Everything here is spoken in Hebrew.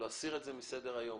להסיר את זה מסדר היום.